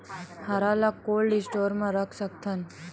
हरा ल cold store म रख सकथन?